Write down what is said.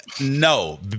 No